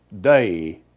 day